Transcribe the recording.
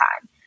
time